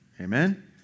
Amen